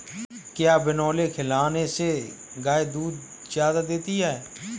क्या बिनोले खिलाने से गाय दूध ज्यादा देती है?